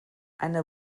eine